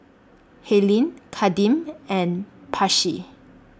Helyn Kadeem and Paisley